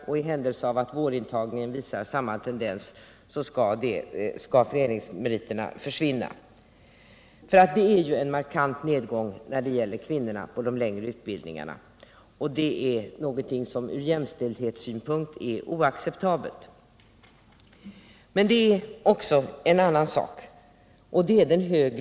I händelse av att vårantagningen visar samma tendens skall föreningsmeriterna enligt hans mening försvinna. Det har ju blivit en markant nedgång i antagningen av kvinnor till de längre utbildningarna, och det är ur jämställdhetssynpunkt oacceptabelt. Men det gäller också en annan sak, nämligen den högre medelåldern.